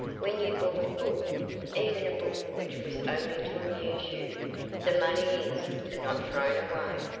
when you bought a book even a book which was only to amuse you the money is not thrown away.